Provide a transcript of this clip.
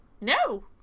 no